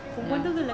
ya